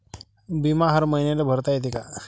बिमा हर मईन्याले भरता येते का?